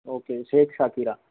okay shake Shakira